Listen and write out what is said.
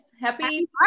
happy